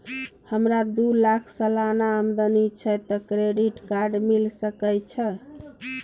हमरा दू लाख सालाना आमदनी छै त क्रेडिट कार्ड मिल सके छै?